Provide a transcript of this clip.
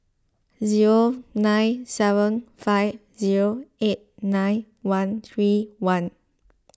zero nine seven five zero eight nine one three one